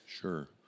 Sure